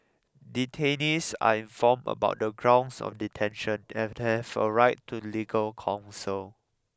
detainees are informed about the grounds of detention and have a right to legal counsel